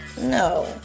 No